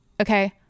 okay